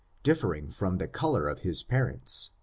differing from the color of his parents,